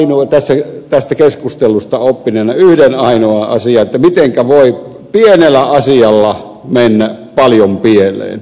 totean tästä keskustelusta oppineena yhden ainoan asian mitenkä voi pienellä asialla mennä paljon pieleen